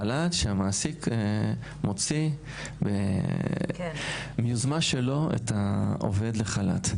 חל"ת שהמעסיק מוציא מיוזמה שלו את העובד לחל"ת.